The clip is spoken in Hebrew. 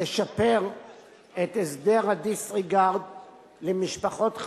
לשפר את הסדר ה-disregard למשפחות חד-הוריות.